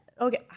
okay